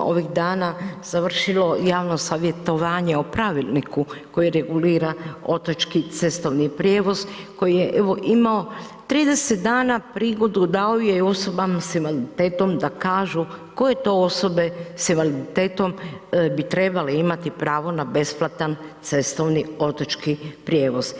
ovih dana završilo javno savjetovanje o pravilniku koji regulira otočki cestovni prijevoz koji je, evo, imao 30 dana prigodu, ... s invaliditetom da kažu koje to osobe s invaliditetom bi trebale imati pravo na besplatan cestovni otočki prijevoz.